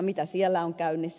mitä siellä on käynnissä